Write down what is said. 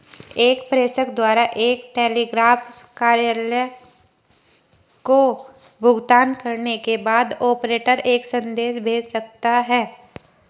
एक प्रेषक द्वारा एक टेलीग्राफ कार्यालय को भुगतान करने के बाद, ऑपरेटर एक संदेश भेज सकता है